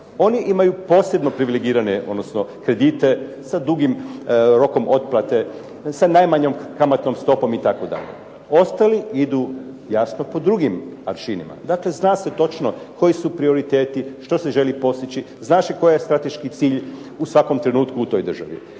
oni imaju posebno privilegirane, odnosno kredite sa dugim rokom otplate, sa najmanjom kamatnom stopom itd. Ostali idu jasno po drugim aršinima. Dakle, zna se točno koji su prioriteti, što se želi postići, zna se koji je strateški cilj u svakom trenutku u toj državi.